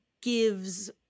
gives